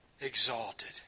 exalted